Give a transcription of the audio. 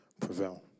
prevail